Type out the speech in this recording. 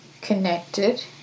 connected